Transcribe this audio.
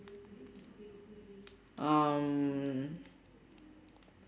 um